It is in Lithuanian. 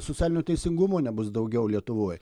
socialinio teisingumo nebus daugiau lietuvoj